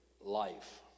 life